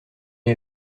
est